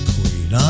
Queen